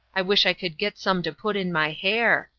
i wish i could get some to put in my hair.